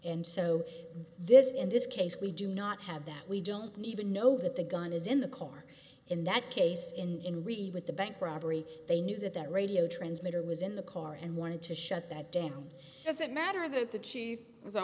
so this is in this case we do not have that we don't even know that the gun is in the corner in that case in read with the bank robbery they knew that that radio transmitter was in the car and wanted to shut that down does it matter that the chief was i